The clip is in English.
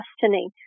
destiny